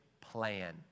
plan